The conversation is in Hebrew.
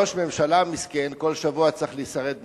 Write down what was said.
ראש ממשלה מסכן, כל שבוע צריך לשרוד מחדש,